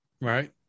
Right